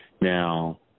Now